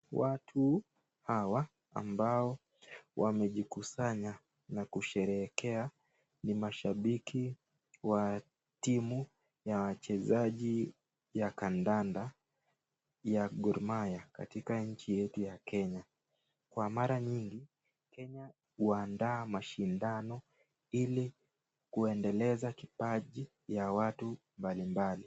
Watu hawa ambao wamejikusanya na kusherekea, ni mashabiki wa timu ya wachezaji ya kandanda ya Gor Mahia katika nchi yetu ya Kenya ,Kwa mara nyingi Kenya huandaa mashindano ili kuendeleza kipaji ya watu mbalimbali.